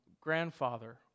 grandfather